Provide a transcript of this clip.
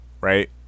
Right